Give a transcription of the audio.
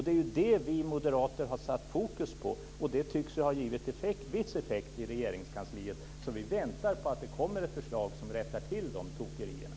Det är det vi moderater har satt fokus på. Det tycks ha givit en viss effekt på Regeringskansliet, så vi väntar på att det kommer ett förslag som rättar till tokerierna.